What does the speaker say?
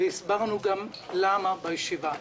והסברנו גם למה בישיבה.